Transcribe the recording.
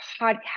podcast